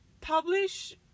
publish